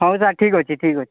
ହଉ ସାର୍ ଠିକ୍ ଅଛି ଠିକ୍ ଅଛି